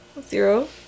Zero